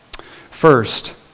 First